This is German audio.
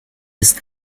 ist